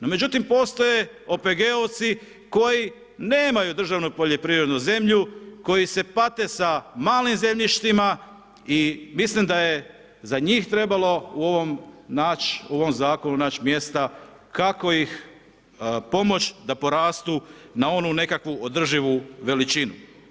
No međutim, postoje OPG-ovici koji nemaju državnu poljoprivrednu zemlju, koji se pate sa malim zemljištima i mislim da je za njih trebalo u ovom Zakonu naći mjesta kako ih pomoć da porastu na onu nekakvu održivu veličinu.